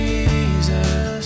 Jesus